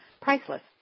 priceless